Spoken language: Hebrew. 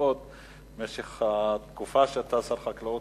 התש"ע 2010,